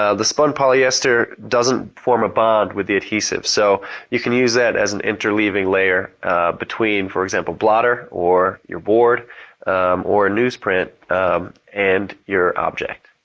ah the spun polyester doesn't form a bond with the adhesive, so you can use that as an interleaving layer between, for example, blotter or your board or a newsprint and your object.